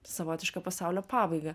savotišką pasaulio pabaigą